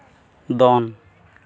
ᱫᱚᱱ